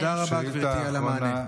תודה רבה, גברתי, על המענה.